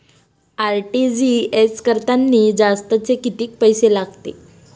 RTGS करतांनी जास्तचे कितीक पैसे लागते?